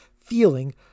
feeling